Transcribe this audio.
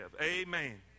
Amen